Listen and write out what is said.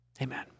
Amen